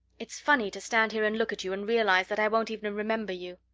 it's funny to stand here and look at you and realize that i won't even remember you.